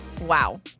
Wow